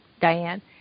Diane